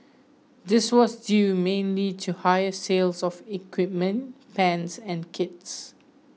this was due mainly to higher sales of equipment pans and kits